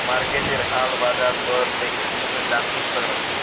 মার্কেটের হাল বাজার দর দেখে জিনিসের দাম ঠিক করা হয়